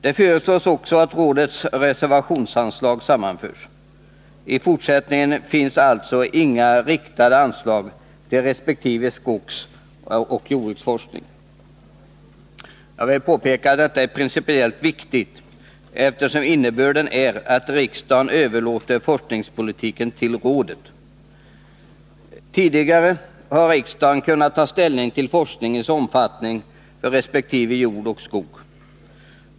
Det föreslås också att rådets reservationsanslag sammanförs. I fortsättningen finns alltså inga riktade anslag till resp. skogsoch jordbruksforskning. Jag vill påpeka att detta är principiellt viktigt, eftersom innebörden är att riksdagen överlåter forskningspolitiken till rådet. Tidigare har riksdagen kunnat ta ställning till forskningens omfattning för resp. jordbruk och skog.